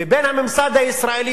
ובין הממסד הישראלי,